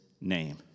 name